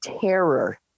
terror